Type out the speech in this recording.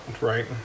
right